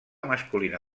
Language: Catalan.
masculina